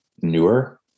newer